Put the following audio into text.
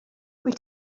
wyt